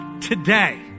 today